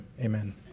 Amen